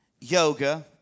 Yoga